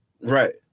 Right